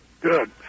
Good